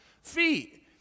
feet